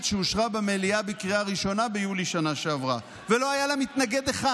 שאושרה במליאה בקריאה ראשונה ביולי בשנה שעברה ולא היה לה מתנגד אחד.